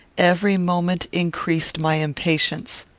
every moment increased my impatience.